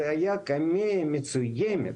זה הייתה קמ"ע מצוינת,